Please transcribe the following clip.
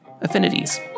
affinities